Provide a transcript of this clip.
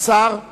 השרה לנדבר.